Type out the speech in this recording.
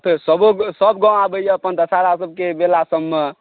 तऽ फेर सबो सब गाँव आबैया अपन दशहरा सबके मेला सबमे